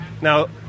Now